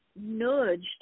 nudged